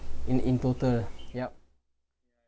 in in total yup